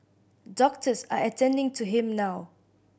doctors are attending to him now